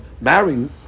marrying